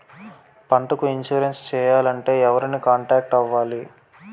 పంటకు ఇన్సురెన్స్ చేయాలంటే ఎవరిని కాంటాక్ట్ అవ్వాలి?